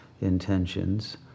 intentions